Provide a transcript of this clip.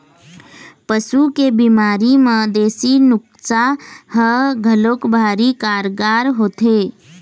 पशु के बिमारी म देसी नुक्सा ह घलोक भारी कारगार होथे